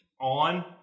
on